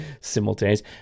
simultaneous